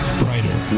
brighter